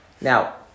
Now